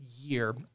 year